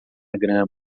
grama